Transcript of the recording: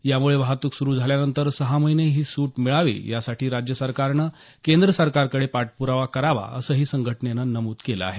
यामुळे वाहतूक सुरू झाल्यानंतर सहा महिने ही सुट मिळावी यासाठी राज्य सरकारनं केंद्र सरकारकडे पाठपुरावा करावा असंही संघटनेनं नमूद केलं आहे